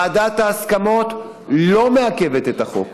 ועדת ההסכמות לא מעכבת את החוק.